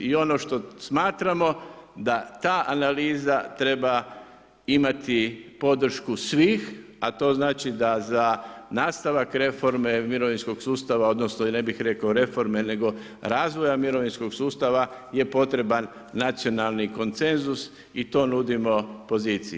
I ono što smatramo da ta analiza treba imati podršku svih, a to znači da za nastavak reforme mirovinskog sustava, odnosno ne bih rekao reforme nego razvoja mirovinskog sustava je potreban nacionalni konsenzus i to nudimo poziciji.